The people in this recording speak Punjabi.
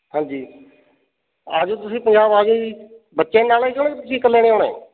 ਹਾਂਜੀ ਆ ਜਾਉ ਤੁਸੀਂ ਪੰਜਾਬ ਆ ਜਾਉ ਜੀ ਬੱਚਿਆਂ ਨੂੰ ਨਾਲ ਲੈ ਆਉਣਾ ਕਿ ਤੁਸੀਂ ਕੱਲਿਆਂ ਨੇ ਆਉਣਾ ਹੈ